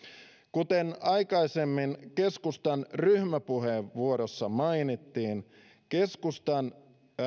kuten aikaisemmin keskustan ryhmäpuheenvuorossa mainittiin keskustan